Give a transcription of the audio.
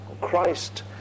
Christ